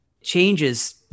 changes